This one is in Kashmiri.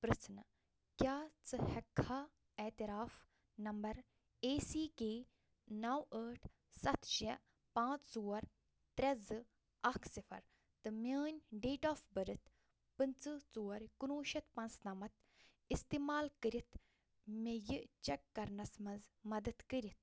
پرٛژھُن کیٛاہ ژٕ ہیٚکہِ کھا اعتراف نمبر اے سی کے نَو ٲٹھ سَتھ شےٚ پانٛژھ ژور ترٛےٚ زٕ اکھ صِفر تہٕ میٛٲنۍ ڈیٹ آف بٔرٕتھ پٕنٛژہ ژور کُنوُہ شٮ۪تھ پانٛژنَمتھ استعمال کٔرِتھ مےٚ یہِ چیٚک کرنَس منٛز مدد کٔرِتھ